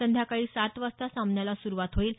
संध्याकाळी सात वाजता सामन्याला सुरुवात होईल